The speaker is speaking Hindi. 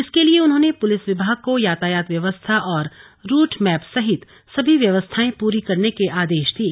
इसके लिए उन्होंने पुलिस विभाग को यातायात व्यवस्था और रूट मैप सहित सभी व्यवस्थांए पूरी करने के आदेश दिए